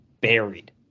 buried